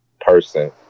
person